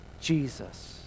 Jesus